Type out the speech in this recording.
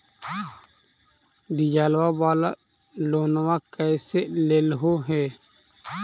डीजलवा वाला लोनवा कैसे लेलहो हे?